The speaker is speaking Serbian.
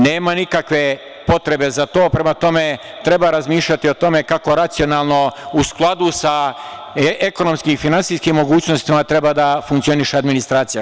Nema nikakve potrebe za to, prema tome treba razmišljati o tome kako racionalno u skladu ekonomskim i finansijskim mogućnostima treba da funkcioniše administracija.